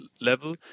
level